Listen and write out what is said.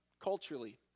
culturally